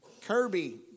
Kirby